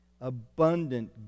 abundant